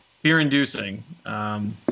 Fear-inducing